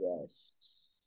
Yes